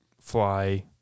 fly